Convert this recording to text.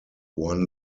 won